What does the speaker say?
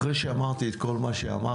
אחרי שאמרתי את כל מה שאמרתי,